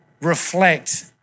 reflect